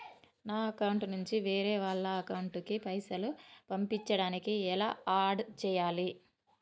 నా అకౌంట్ నుంచి వేరే వాళ్ల అకౌంట్ కి పైసలు పంపించడానికి ఎలా ఆడ్ చేయాలి?